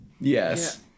Yes